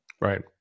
right